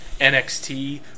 NXT